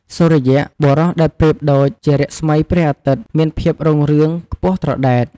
សូរិយៈ បុរសដែលប្រៀបដូចជារស្មីព្រះអាទិត្យ មានភាពរុងរឿងខ្ពស់ត្រដែត។